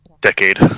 Decade